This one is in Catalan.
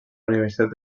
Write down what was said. universitat